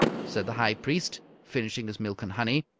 said the high priest, finishing his milk and honey.